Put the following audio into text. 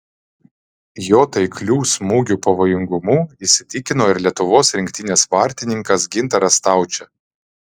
jo taiklių smūgių pavojingumu įsitikino ir lietuvos rinktinės vartininkas gintaras staučė